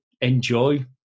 enjoy